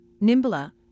nimbler